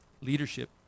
Leadership